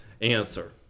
answer